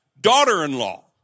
daughter-in-law